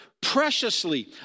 preciously